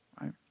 right